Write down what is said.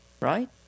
right